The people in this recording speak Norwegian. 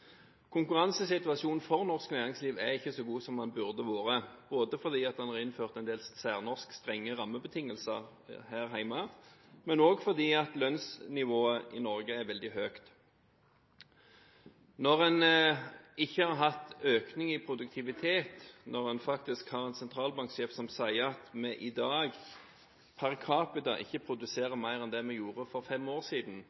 Konkurransesituasjonen for norsk næringsliv er ikke så god som den burde vært, både fordi det er innført en del særnorske, strenge rammebetingelser her hjemme, og også fordi lønnsnivået her hjemme er veldig høyt. Når man ikke har hatt økning i produktivitet, når man faktisk har en sentralbanksjef som sier at vi i dag per capita ikke produserer mer enn det vi gjorde for fem år siden,